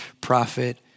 prophet